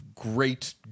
great